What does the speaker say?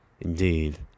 indeed